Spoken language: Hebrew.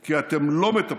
כי אתם לא מטפלים,